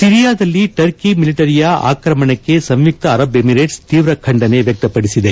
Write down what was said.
ಸಿರಿಯಾದಲ್ಲಿ Turkey ಮಿಲಿಟರಿಯ ಆಕ್ರಮಣಕ್ಕೆ ಸಂಯುಕ್ತ ಅರಬ್ ಎಮೀರೇಟ್ಸ್ ತೀವ ಖಂಡನೆ ವ್ಯಕ್ತಪಡಿಸಿದೆ